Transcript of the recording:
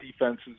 defenses